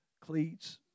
cleats